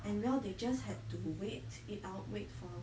and while they just had to wait it out wait for